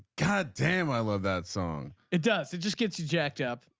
god damn i love that song. it does. it just gets jacked up.